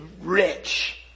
rich